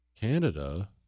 canada